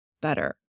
better